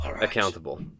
accountable